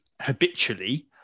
habitually